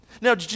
Now